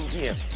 you